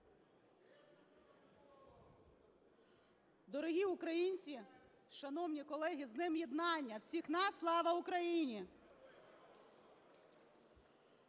Дорогі українці, шановні колеги, з Днем єднання всіх нас! Слава Україні!